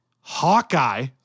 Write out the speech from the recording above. Hawkeye